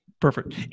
perfect